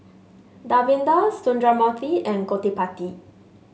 Davinder Sundramoorthy and Gottipati